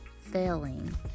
failing